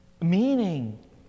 Meaning